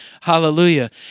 hallelujah